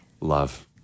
Love